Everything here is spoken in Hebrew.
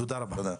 תודה.